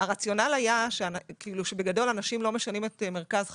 הרציונל היה שבגדול אנשים לא משנים את מרכז חייהם,